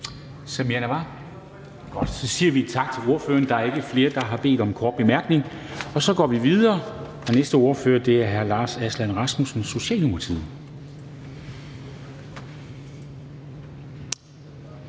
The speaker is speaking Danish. så siger vi tak til ordføreren. Der er ikke flere, der har bedt om en kort bemærkning. Så går vi videre, og den næste ordfører er hr. Lars Aslan Rasmussen, Socialdemokratiet.